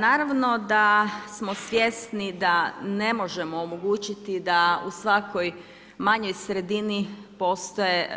Naravno da smo svjesni da ne možemo omogućiti da u svakoj manjoj sredini postoje